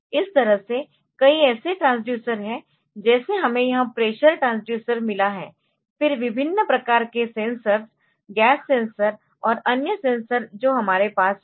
इस तरह से कई ऐसे ट्रांसड्यूसर है जैसे हमें यह प्रेशर ट्रांसड्यूसर मिला है फिर विभिन्न प्रकार के सेंसर्स गैस सेंसर और अन्य सेंसर जो हमारे पास है